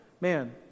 man